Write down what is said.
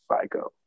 psycho